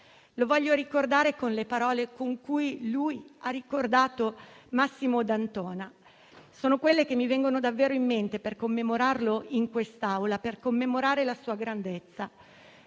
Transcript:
Lo voglio ricordare con le parole con cui lui ha ricordato Massimo D'Antona. Sono quelle che mi vengono davvero in mente per commemorarlo in quest'Aula, per commemorare la sua grandezza: